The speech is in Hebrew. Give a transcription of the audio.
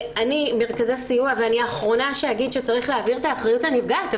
מרכזי הסיוע ואני האחרונה שאגיד שצריך להעביר את האחריות לנפגעת,